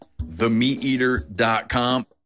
TheMeatEater.com